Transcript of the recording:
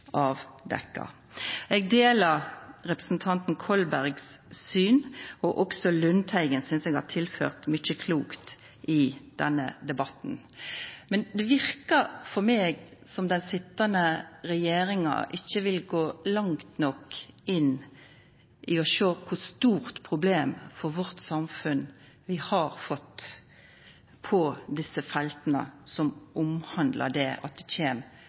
Eg deler representanten Kolbergs syn, og også Lundteigen synest eg har tilført mykje klokt i denne debatten. Men det verkar for meg som om den sitjande regjeringa ikkje vil gå langt nok inn i å sjå kor stort problem for vårt samfunn vi har fått på desse felta, som omhandlar at det kjem